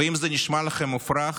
ואם זה נשמע לכם מופרך,